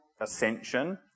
ascension